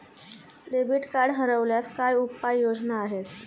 Debit card हरवल्यास काय उपाय योजना आहेत?